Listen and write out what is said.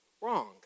wrong